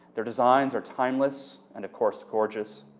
their designs are timeless and of course gorgeous.